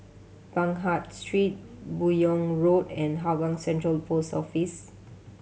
Baghdad Street Buyong Road and Hougang Central Post Office